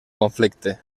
conflicte